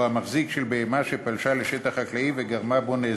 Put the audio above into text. המחזיק של בהמה שפלשה לשטח חקלאי וגרמה בו נזק,